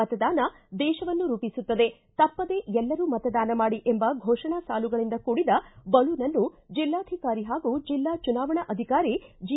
ಮತದಾನ ದೇಶವನ್ನು ರೂಪಿಸುತ್ತದೆ ತಪ್ಪದೇ ಎಲ್ಲರೂ ಮತದಾನ ಮಾಡಿ ಎಂಬ ಘೋಷಣಾ ಸಾಲುಗಳಿಂದ ಕೂಡಿದ ಬಲೂನ್ನನ್ನು ಜಿಲ್ಲಾಧಿಕಾರಿ ಹಾಗೂ ಜಿಲ್ಲಾ ಚುನಾವಣಾಧಿಕಾರಿ ಜಿ